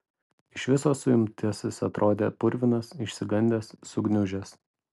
iš viso suimtasis atrodė purvinas išsigandęs sugniužęs